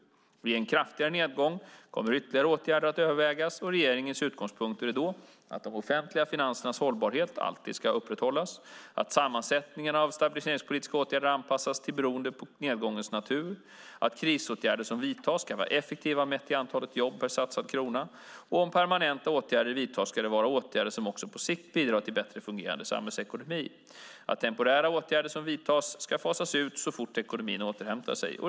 Vid en kraftigare nedgång kommer ytterligare åtgärder att övervägas. Regeringens utgångspunkter är då att de offentliga finansernas hållbarhet alltid ska upprätthållas att sammansättningen av de stabiliseringspolitiska åtgärderna anpassas beroende på nedgångens natur att de krisåtgärder som vidtas ska vara effektiva mätt i antal jobb per satsad krona att om permanenta åtgärder vidtas ska det vara åtgärder som också på sikt bidrar till en bättre fungerande samhällsekonomi att temporära åtgärder som vidtas ska fasas ut så fort ekonomin återhämtar sig.